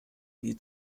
wie